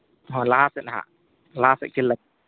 ᱦᱳᱭ ᱞᱟᱦᱟᱥᱮᱱ ᱦᱟᱸᱜ ᱞᱟᱦᱟᱥᱮᱫ